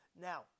Now